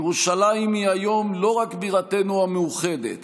ירושלים היא היום לא רק בירתנו המאוחדת